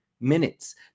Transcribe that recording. minutes